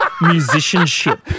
musicianship